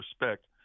respect